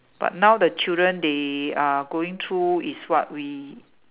but now the children they are going through is what we